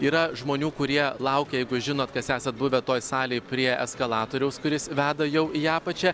yra žmonių kurie laukia jeigu žinot kas esat buvę toj salėj prie eskalatoriaus kuris veda jau į apačią